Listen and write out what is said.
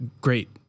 great